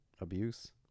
abuse